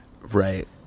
Right